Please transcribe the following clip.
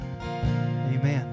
amen